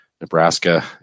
Nebraska